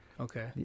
Okay